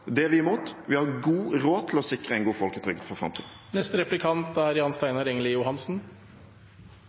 Det er vi imot. Vi har god råd til å sikre en god folketrygd for framtiden. Olje- og gassnæringen er